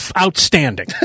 outstanding